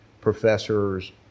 professors